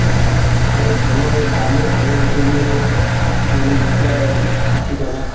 ভাল ভোলৰ দামো ভাল চলি আছে যেনে জিকাৰ ষাঠি টকা